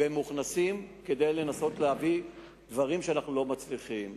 והם מוכנסים כדי לנסות להביא דברים שאנחנו לא מצליחים.